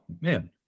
man